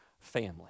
family